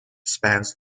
spans